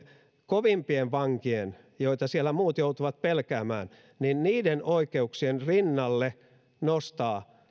kovimpien vankien joita siellä muut joutuvat pelkäämään oikeuksien rinnalle nostaa